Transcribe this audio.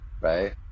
right